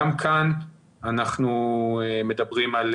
גם כאן אנחנו מדברים על